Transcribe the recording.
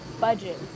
budget